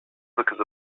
because